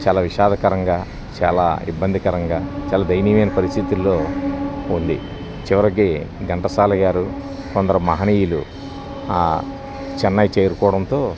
చాలా విషాదకరంగా చాలా ఇబ్బందికరంగా చాలా దైయనీయమైన పరిస్థితుల్లో ఉంది చివరికి ఘంటసాల గారు కొందరు మహనీయులు చెన్నై చేరుకోవడంతో